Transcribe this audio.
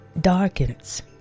darkens